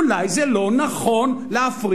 אולי זה לא נכון להפריט?